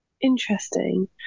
Interesting